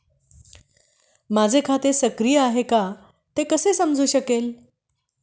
माझे खाते सक्रिय आहे का ते कसे समजू शकेल?